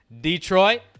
Detroit